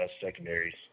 secondaries